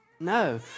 No